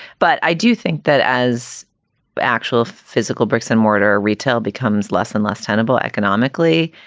but i do think that as the actual physical bricks and mortar retail becomes less and less tenable economically,